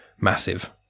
massive